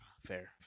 Fair